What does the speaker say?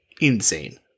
insane